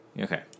Okay